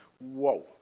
whoa